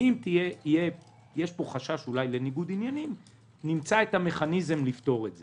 ואם יש פה חשש לניגוד עניינים נמצא את המכניזם לפתור את זה.